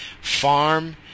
farm